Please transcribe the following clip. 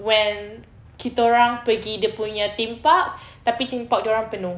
when kita orang pergi dia punya theme park tapi theme park dorang penuh